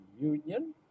Union